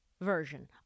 Version